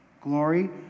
glory